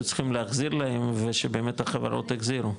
צריך להחזיר להם ושבאמת החברות החזירו.